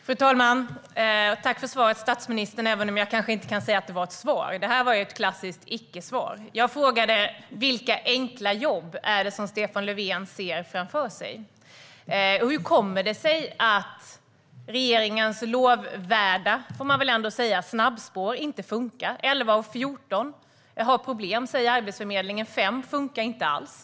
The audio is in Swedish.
Fru talman! Jag tackar statsministern för svaret, även om jag kanske inte kan säga att det var ett svar. Det var ett klassiskt icke-svar. Jag frågade vilka enkla jobb Stefan Löfven ser framför sig och hur det kommer sig att regeringens lovvärda - får man väl ändå säga - snabbspår inte funkar. Arbetsförmedlingen säger att 11 av 14 har problem, och 5 funkar inte alls.